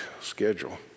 schedule